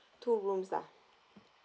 two rooms lah